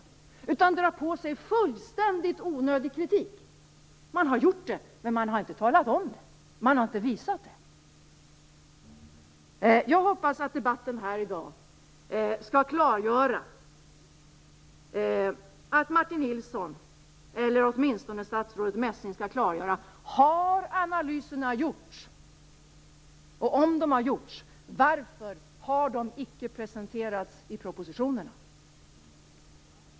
Varför skulle man dra på sig fullständigt onödig kritik? Man har gjort det, men man har inte talat om det. Man har inte visat det. Jag hoppas att debatten här i dag skall klargöra, jag hoppas att Martin Nilsson, eller åtminstone statsrådet Messing, skall klargöra om analyserna har gjorts. Om de har gjorts, varför har de inte presenterats i propositionerna?